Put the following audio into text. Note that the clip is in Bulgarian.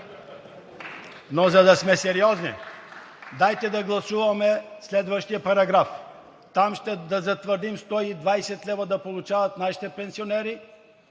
Но за да сме сериозни, дайте да гласуваме следващия параграф. Там да затвърдим 120 лв. да получават нашите пенсионери.